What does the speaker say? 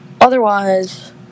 otherwise